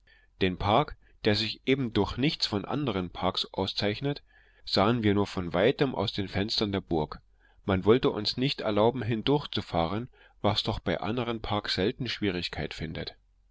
den park der sich eben durch nichts von anderen parks auszeichnet sahen wir nur von weitem aus den fenstern der burg man wollte uns nicht erlauben hindurchzufahren was doch bei anderen parks selten schwierigkeit findet